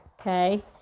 okay